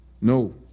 No